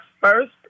first